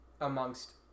amongst